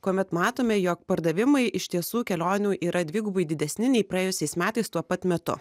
kuomet matome jog pardavimai iš tiesų kelionių yra dvigubai didesni nei praėjusiais metais tuo pat metu